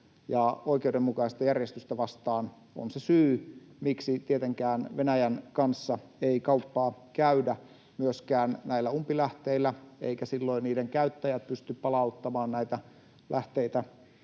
oikeudenmukaista järjestystä vastaan on se syy, miksi tietenkään Venäjän kanssa ei kauppaa käydä myöskään näillä umpilähteillä, eivätkä silloin niiden käyttäjät pysty palauttamaan näitä lähteitä